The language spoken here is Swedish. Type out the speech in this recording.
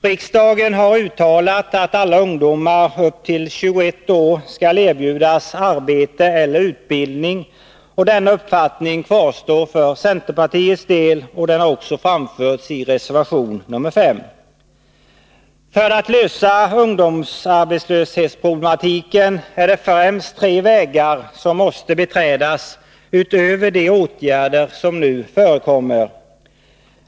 Riksdagen har uttalat att alla ungdomar upp till 21 år skall erbjudas arbete eller utbildning. Centerpartiet står fast vid denna uppfattning, och den har också framförts i reservation nr 5. För att lösa ungdomsarbetslöshetsproblematiken är det främst tre vägar som måste beträdas utöver de åtgärder som nu förekommer.